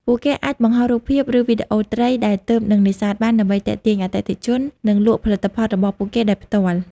ពួកគេអាចបង្ហោះរូបភាព ឬវីដេអូត្រីដែលទើបនឹងនេសាទបាន ដើម្បីទាក់ទាញអតិថិជន និងលក់ផលិតផលរបស់ពួកគេដោយផ្ទាល់។